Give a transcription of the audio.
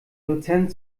dozent